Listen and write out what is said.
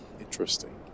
interesting